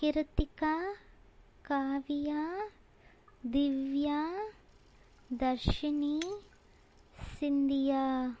Kiruthika Kavya Divya Dharshini Scindia